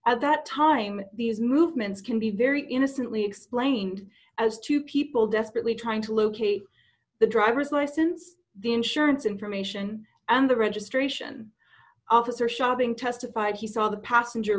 at that time these movements can be very innocently explained as two people desperately trying to locate the driver's license the insurance information and the registration officer shopping testified he saw the passenger